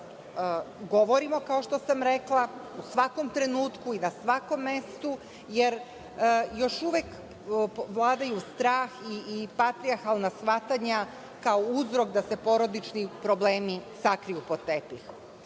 važno da o tome govorimo, u svakom trenutku i na svakom mestu, jer još uvek vladaju strah i patrijahalna shvatanja kao uzrok da se porodični problemi sakriju pod tepih.